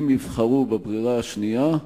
אם יבחרו בברירה השנייה,